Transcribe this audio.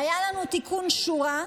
היה לנו תיקון, שורה,